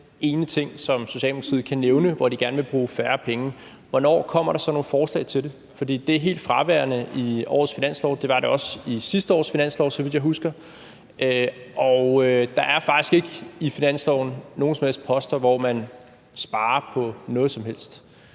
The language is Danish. ene ting, som Socialdemokratiet kan nævne som en af de poster, de gerne vil bruge færre penge på, hvornår kommer der så nogle forslag til det? For det er helt fraværende i årets finanslov, og det var det også i sidste års finanslov, så vidt jeg husker. Der er faktisk ikke i finansloven nogen som helst poster, hvor man sparer på noget som helst.